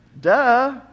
Duh